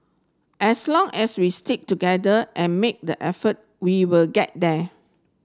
as long as we stick together and make the effort we will get there